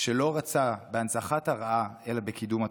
שלא רצה בהנצחת הרעה אלא בקידום הטובה.